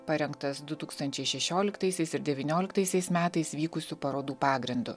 parengtas du tūkstančiai šešioliktaisiais ir devynioliktaisiais metais vykusių parodų pagrindu